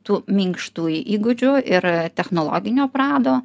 tų minkštui įgūdžių ir technologinio prado